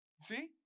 See